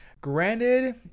Granted